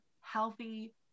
healthy